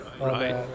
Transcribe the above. Right